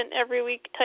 every-week